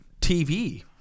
TV